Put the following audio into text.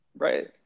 Right